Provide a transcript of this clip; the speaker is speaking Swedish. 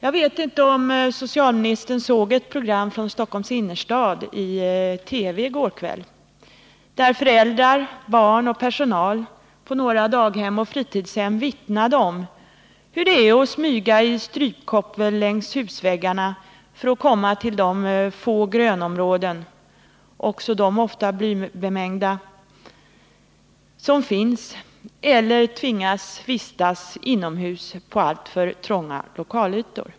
Jag vet inte om socialministern såg ett program från Stockholms innerstad i går kväll i TV — där vittnade föräldrar, barn och personal på några daghem och fritidshem om hur det är att smyga i strypkoppel längs husväggarna för att komma till de få grönområden som finns — också de ofta blybemängda — eller tvingas vistas inomhus på alltför trånga lokalytor.